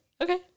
Okay